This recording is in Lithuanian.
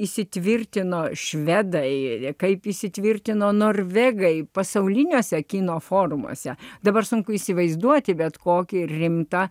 įsitvirtino švedai ėdė kaip įsitvirtino norvegai pasauliniuose kino forumuose dabar sunku įsivaizduoti bet kokį rimtą